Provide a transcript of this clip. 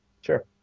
Sure